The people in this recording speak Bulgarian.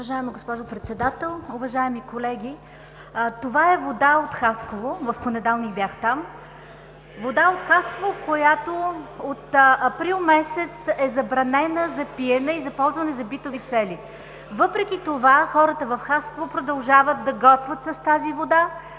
Уважаема госпожо Председател, уважаеми колеги! Това е вода от Хасково. (Показва шише с вода.) В понеделник бях там. (Оживление.) Вода от Хасково, която от април месец е забранена за пиене и за ползване за битови цели. Въпреки това хората в Хасково продължават да готвят с тази вода,